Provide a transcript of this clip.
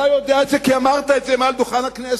אתה יודע את זה כי אמרת את זה מעל דוכן הכנסת,